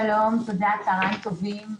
שלום, תודה, צהריים טובים.